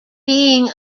being